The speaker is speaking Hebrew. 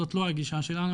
וזאת לא הגישה שלנו,